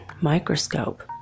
microscope